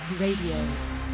Radio